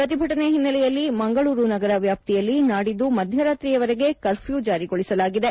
ಪ್ರತಿಭಟನೆ ಹಿನ್ನೆಲೆಯಲ್ಲಿ ಮಂಗಳೂರು ನಗರ ವ್ಯಾಪ್ತಿಯಲ್ಲಿ ನಾಡಿದ್ದು ಮಧ್ಯರಾತ್ರಿಯವರೆಗೆ ಕರ್ಫ್ಯೂ ಜಾರಿಗೊಳಿಸಲಾಗಿದೆ